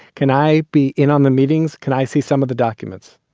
can i be in on the meetings? can i see some of the documents?